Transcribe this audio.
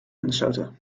minnesota